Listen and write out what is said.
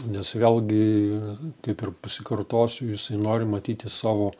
nes vėlgi kaip ir pasikartosiu jisai nori matyti savo